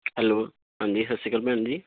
hello ਹਾਂਜੀ ਸਤਿ ਸ਼੍ਰੀ ਅਕਾਲ ਭੈਣ ਜੀ